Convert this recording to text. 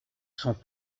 sont